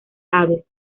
aves